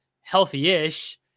healthy-ish